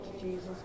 Jesus